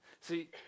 See